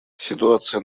ситуация